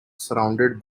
surrounded